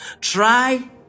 try